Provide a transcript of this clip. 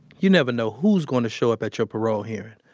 you never know who's gonna show up at your parole hearing.